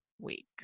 week